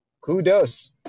Kudos